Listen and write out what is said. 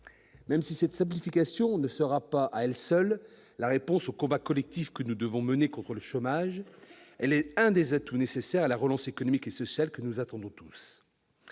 Même si cette simplification ne constituera pas, à elle seule, la réponse dans le combat collectif que nous devons mener contre le chômage, elle est un des atouts nécessaires à la relance économique et sociale que nous attendons tous.